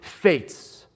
fates